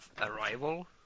Arrival